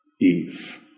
Eve